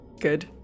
Good